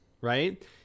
right